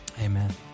amen